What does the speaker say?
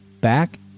back